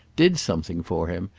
did something for him,